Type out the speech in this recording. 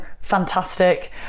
fantastic